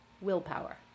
willpower